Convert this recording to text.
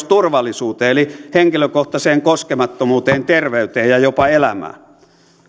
turvallisuuteen eli henkilökohtaiseen koskemattomuuteen terveyteen ja jopa elämään